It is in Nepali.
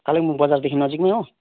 कालिम्पोङ बजारदेखि नजिकमै हो